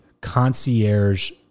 concierge